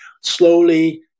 slowly